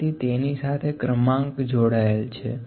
તેથી તેની સાથે ક્રમાંક જોડાયેલ છ